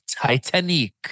Titanic